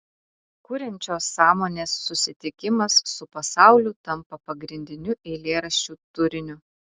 kuriančios sąmonės susitikimas su pasauliu tampa pagrindiniu eilėraščių turiniu